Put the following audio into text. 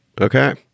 Okay